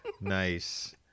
nice